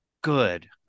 good